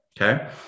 Okay